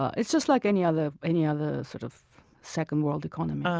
it's just like any other any other sort of second-world economy